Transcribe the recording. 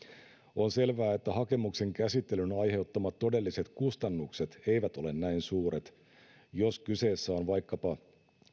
on selvää että hakemuksen käsittelyn aiheuttamat todelliset kustannukset eivät ole näin suuret jos kyseessä on vaikkapa